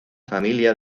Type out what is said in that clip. familia